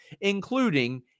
including